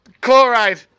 chloride